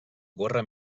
gorra